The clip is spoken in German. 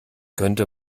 könnte